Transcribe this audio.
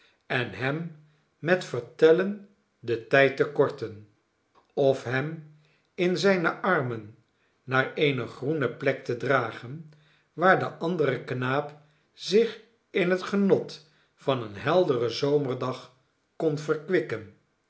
en hem met vertellen den tijd te korten of hem in zyne arm en naar eene groene plek te dragen waar de andere knaap zich in het genot van een helderen zomerdag kon verkwikken